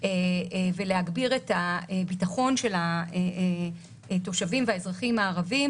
ולהגביר את הביטחון של התושבים והאזרחים הערבים,